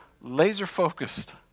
laser-focused